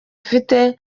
mfite